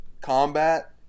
combat